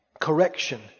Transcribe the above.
correction